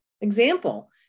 example